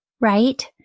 right